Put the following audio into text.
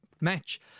match